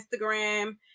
Instagram